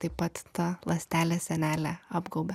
taip pat tą ląstelės sienelę apgaubia